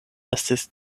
estis